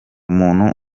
umuntu